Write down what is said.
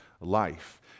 life